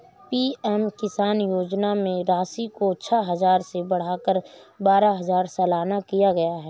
PM किसान योजना में राशि को छह हजार से बढ़ाकर बारह हजार सालाना किया गया है